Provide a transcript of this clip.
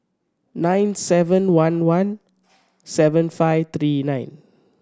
nine seven one one seven five three nine